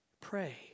Pray